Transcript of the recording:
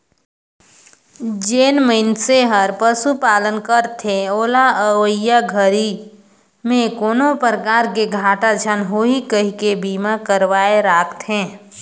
जेन मइनसे हर पशुपालन करथे ओला अवईया घरी में कोनो परकार के घाटा झन होही कहिके बीमा करवाये राखथें